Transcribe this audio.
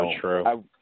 true